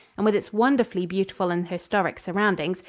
and with its wonderfully beautiful and historic surroundings,